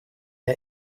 der